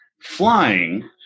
flying